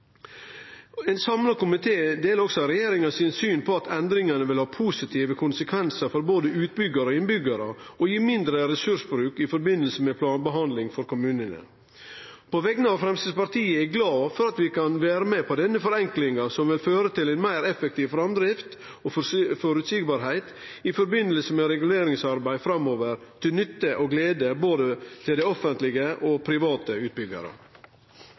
Ein samla komité deler også regjeringa sitt syn på at endringane vil ha positive konsekvensar for både utbyggjarar og innbyggjarar og gi mindre ressursbruk i samband med planbehandling for kommunane. På vegner av Framstegspartiet er eg glad for at vi kan vere med på denne forenklinga, som vil føre til ei meir effektiv framdrift av reguleringsarbeidet framover og gjere det meir føreseieleg – til nytte og glede for både offentlege og private